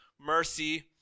mercy